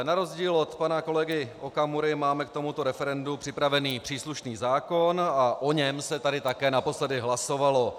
Na rozdíl od pana kolegy Okamury máme k tomuto referendu připravený příslušný zákon a o něm se tady také naposledy hlasovalo.